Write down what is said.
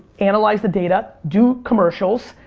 analyze the data, do commercials,